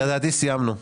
לדעתי סיימנו.